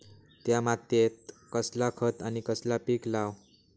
त्या मात्येत कसला खत आणि कसला पीक लाव?